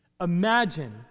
Imagine